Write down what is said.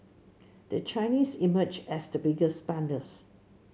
the Chinese emerged as the biggest spenders